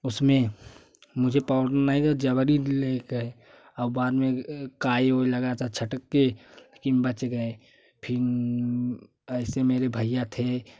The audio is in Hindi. उस में मुझे पोड़ना नहीं तो जबरी ले गए और बाद में काई वाई लगा था छटक के लेकिन बच गए फिर ऐसे मेरे भैया थे